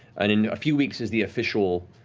and in a few weeks is the official